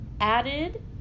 added